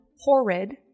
horrid